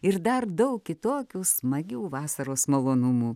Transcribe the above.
ir dar daug kitokių smagių vasaros malonumų